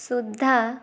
ସୁଦ୍ଧା